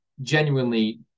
genuinely